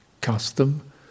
custom